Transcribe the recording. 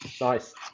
nice